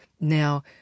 Now